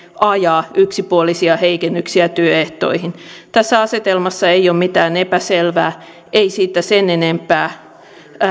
ajaa yksipuolisia heikennyksiä työehtoihin tässä asetelmassa ei ole mitään epäselvää ei siitä sen enempää